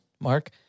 Mark